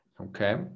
Okay